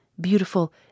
beautiful